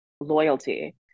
loyalty